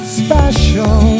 special